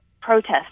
protest